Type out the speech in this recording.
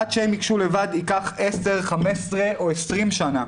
עד שהם ייגשו לבד ייקח 10, 15 או 20 שנים.